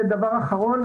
דבר אחרון,